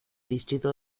distrito